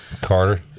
Carter